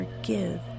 forgive